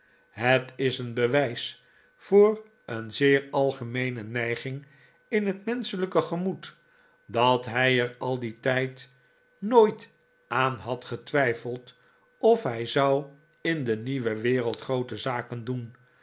het is een bewijs voor een zeer algemeene neiging in het menschelijke gemoed dat hij er al dien tijd nooit aan had getwijfeld of hij zou in de nieuwe wereld groote zaken doen